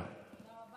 תודה רבה